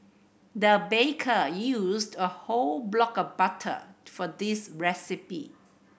the baker used a whole block of butter for this recipe